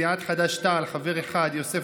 סיעת חד"ש-תע"ל, חבר אחד: יוסף ג'בארין,